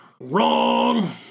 Wrong